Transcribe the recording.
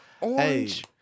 Orange